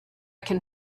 can